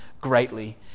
greatly